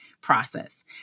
process